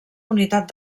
unitat